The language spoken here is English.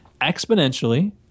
exponentially